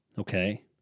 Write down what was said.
Okay